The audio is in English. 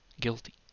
guilty